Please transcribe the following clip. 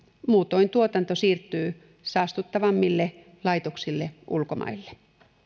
muutoin tuotanto siirtyy saastuttavammille laitoksille ulkomaille